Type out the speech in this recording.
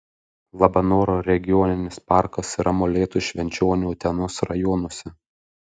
labanoro regioninis parkas yra molėtų švenčionių utenos rajonuose